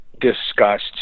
discussed